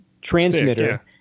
transmitter